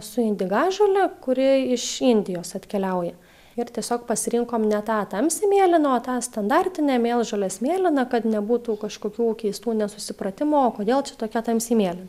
su indigažole kuri iš indijos atkeliauja ir tiesiog pasirinkom ne tą tamsiai mėlyną o tą standartinę mėlžolės mėlyną kad nebūtų kažkokių keistų nesusipratimų o kodėl čia tokia tamsiai mėlyna